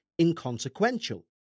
inconsequential